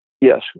yes